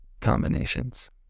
Combinations